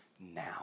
now